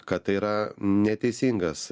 kad tai yra neteisingas